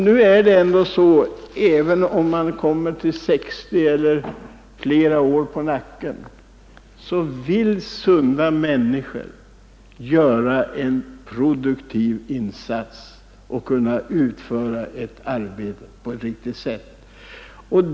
Sunda människor vill göra en produktiv insats även om de är 60 år eller har flera år på nacken.